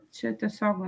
čia tiesiog